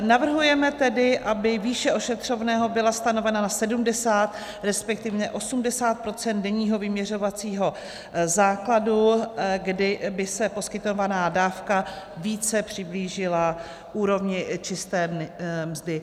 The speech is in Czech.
Navrhujeme tedy, aby výše ošetřovného byla stanovena na 70, respektive 80 % denního vyměřovacího základu, kdy by se poskytovaná dávka více přiblížila úrovni čisté mzdy.